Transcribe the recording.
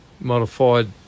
modified